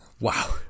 Wow